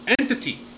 entity